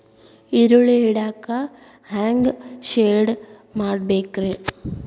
ಈರುಳ್ಳಿ ಇಡಾಕ ಹ್ಯಾಂಗ ಶೆಡ್ ಮಾಡಬೇಕ್ರೇ?